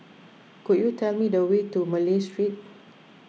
could you tell me the way to Malay Street